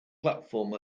platform